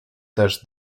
też